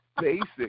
basic